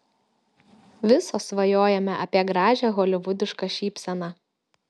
visos svajojame apie gražią holivudišką šypseną